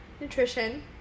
nutrition